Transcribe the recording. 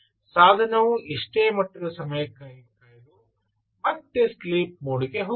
ಸಾಧನವು ಇಷ್ಟೇ ಮಟ್ಟದ ಸಮಯಕ್ಕಾಗಿ ಕಾಯ್ದು ಮತ್ತೆ ಸ್ಲೀಪ್ ಮೋಡಿಗೆ ಹೋಗುತ್ತದೆ